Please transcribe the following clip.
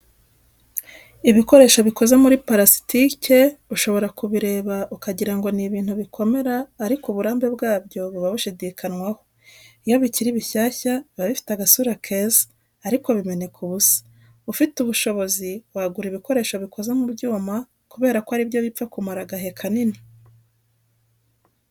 Ibikoresho bikoze muri parasitike ushobora kubireba ukagira ngo ni ibintu bikomera ariko uburambe bwabyo buba bushidikanwaho. Iyo bikiri bishyashya biba bifite agasura keza ariko bimeneka ubusa. Ufite ubushobozi wagura ibikoresho bikoze mu byuma kubera ko ari byo bipfa kumara agahe kanini.